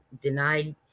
denied